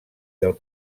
del